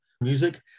music